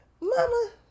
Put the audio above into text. Mama